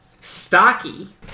Stocky